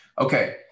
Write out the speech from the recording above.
Okay